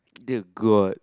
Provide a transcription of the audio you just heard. dear god